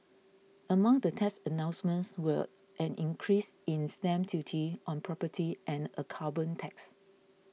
among the tax announcements were an increase in stamp duty on property and a carbon tax